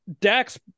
Dax